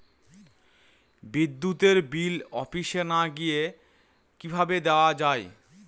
বিদ্যুতের বিল অফিসে না গিয়েও কিভাবে দেওয়া য়ায়?